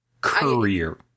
Courier